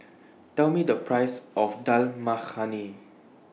Tell Me The Price of Dal Makhani